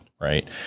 right